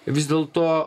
vis dėlto